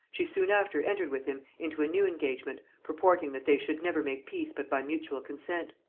she soon after entered with him into a new engagement, purporting that they should never make peace but by mutual consent.